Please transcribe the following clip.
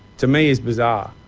to me is bizarre.